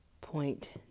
point